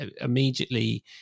immediately